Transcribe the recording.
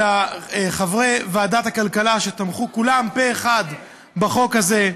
לחברי ועדת הכלכלה, שתמכו כולם פה אחד בחוק הזה,